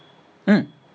mm